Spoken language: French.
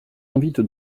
invite